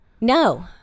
No